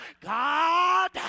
God